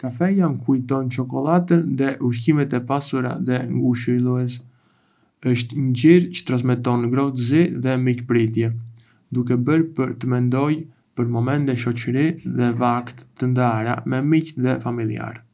Kafeja më kujton çokollatën dhe ushqimet e pasura dhe ngushëlluese. Është një ngjyrë çë transmeton ngrohtësi dhe mikpritje, duke bërë të mendoj për momente shoçërie dhe vakte të ndara me miq dhe familjarë.